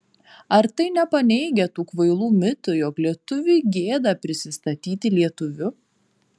ar tai nepaneigia tų kvailų mitų jog lietuviui gėda prisistatyti lietuviu